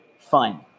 fun